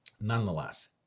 nonetheless